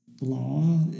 Law